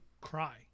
cry